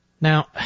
Now